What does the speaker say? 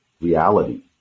reality